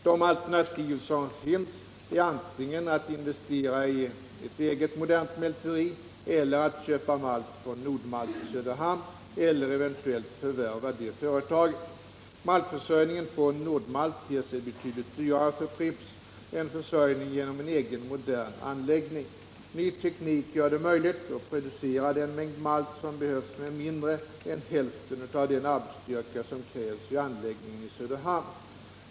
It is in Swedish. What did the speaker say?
De alternativ som finns är antingen att investera i ett eget modernt mälteri eller att köpa malt från Nord-Malt i Söderhamn eller eventuellt förvärva detta företag. Maltförsörjningen från Nord-Malt ter sig betydligt dyrare för Pripps än försörjning genom en egen modern anläggning. Ny teknik gör det möjligt att producera den mängd malt som behövs med mindre än hälften av den arbetsstyrka som krävs vid anläggningen i Söderhamn.